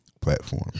platform